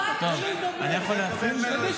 טוב, אני יכול להתחיל?